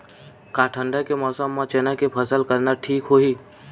का ठंडा के मौसम म चना के फसल करना ठीक होही?